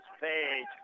Page